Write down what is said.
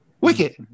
Wicked